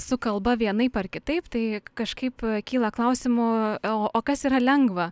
su kalba vienaip ar kitaip tai kažkaip kyla klausimų o kas yra lengva